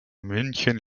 münchen